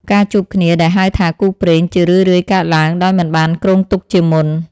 ការជួបគ្នាដែលហៅថាគូព្រេង ជារឿយៗកើតឡើងដោយមិនបានគ្រោងទុកជាមុន។